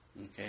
Okay